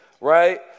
right